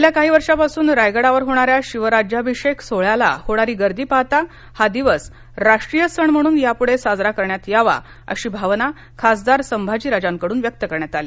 गेल्या काही वर्षांपासून रायगडावर होणाऱ्या शिवराज्याभिषेकाला होणारी गर्दी पाहता हा दिवस राष्ट्रीय सण म्हणून ह्यापुढे साजरा करण्यात यावा अशी भावना खासदार संभाजी राजांकडून व्यक्त करण्यात आली